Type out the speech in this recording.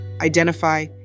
Identify